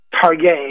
Target